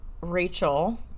Rachel